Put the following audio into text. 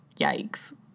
Yikes